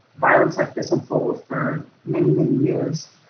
violence like this unfolds for many, many years.